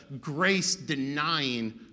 grace-denying